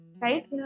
right